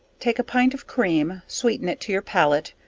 take a pint of cream, sweeten it to your pallate,